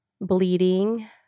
bleeding